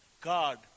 God